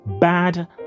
bad